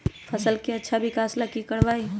फसल के अच्छा विकास ला की करवाई?